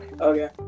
Okay